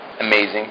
Amazing